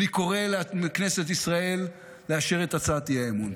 אני קורא לכנסת ישראל לאשר את הצעת האי-אמון.